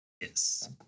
Yes